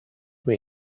week